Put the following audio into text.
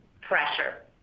pressure